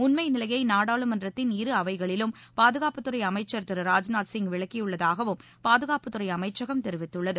உண்மை நிலையை நாடாளுமன்றத்தின் இரு அவைகளிலும் பாதுகாப்புத்துறை அமைச்சர் திரு ராஜ்நாத் சிங் விளக்கியுள்ளதாகவும் பாதுகாப்புத்துறை அமைச்சகம் தெரிவித்துள்ளது